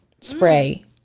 spray